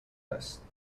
است